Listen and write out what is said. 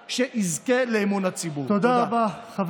בודק'ה.